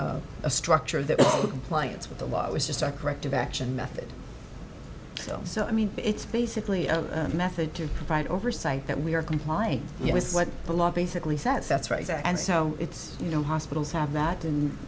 and a structure that compliance with the law was just a corrective action method so i mean it's basically a method to provide oversight that we are complying with what the law basically says that's right and so it's you know hospitals have that in